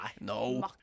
No